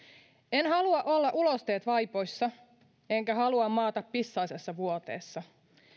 en halua olla ulosteet vaipoissa enkä halua maata pissaisessa vuoteessa